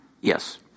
Yes